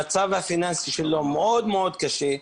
המצב הפיננסי שלו מאוד מאוד קשה.